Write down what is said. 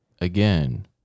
again